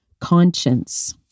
conscience